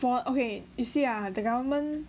orh okay you see ah the government